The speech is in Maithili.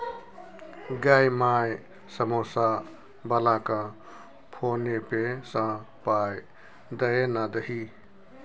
गै माय समौसा बलाकेँ फोने पे सँ पाय दए ना दही